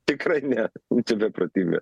tikrai ne beprotybė